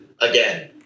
again